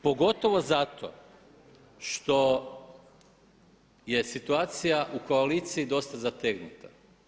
Pogotovo zato što je situacija u koaliciji dosta zategnuta.